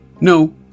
No